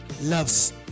loves